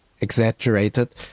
exaggerated